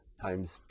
times